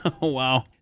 Wow